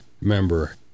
member